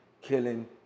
killing